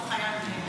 לצורך העניין,